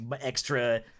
extra